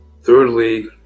Thirdly